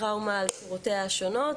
טראומה על צורותיה השונות,